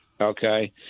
Okay